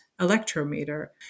electrometer